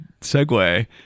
segue